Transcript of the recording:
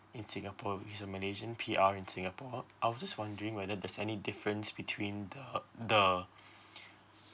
in singapore he's a malaysian P_R in singapore I was just wondering whether there's any difference between the the